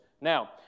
Now